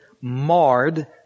marred